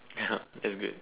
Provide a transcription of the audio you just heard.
that's good